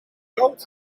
koud